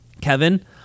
Kevin